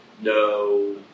no